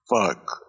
Fuck